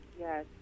Yes